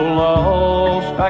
lost